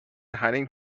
hiding